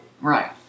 Right